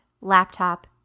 laptop